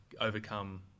overcome